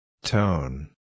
Tone